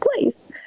place